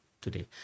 today